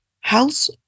house